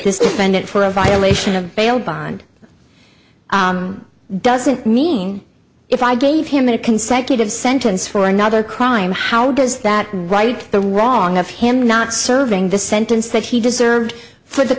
defendant for a violation of bail bond doesn't mean if i gave him a consecutive sentence for another crime how does that right the wrong of him not serving the sentence that he deserved for the